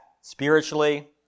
spiritually